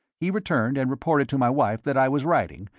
he returned and reported to my wife that i was writing,